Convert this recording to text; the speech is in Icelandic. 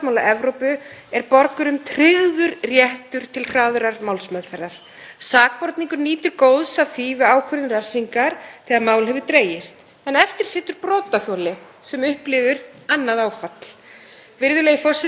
en eftir situr brotaþoli sem upplifir annað áfall. Virðulegi forseti. Ég ætla leyfa mér að sletta: Justice delayed is justice denied, er stundum sagt. Það er frumhlutverk ríkisvaldsins að verja borgarana.